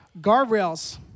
Guardrails